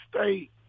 state